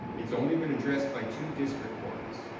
it's only been addressed by two district court's